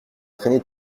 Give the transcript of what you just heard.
traîner